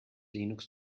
linux